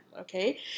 Okay